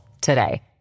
today